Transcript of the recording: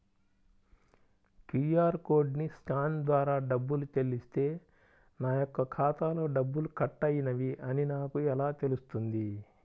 QR కోడ్ని scan ద్వారా డబ్బులు చెల్లిస్తే నా యొక్క ఖాతాలో డబ్బులు కట్ అయినవి అని నాకు ఎలా తెలుస్తుంది?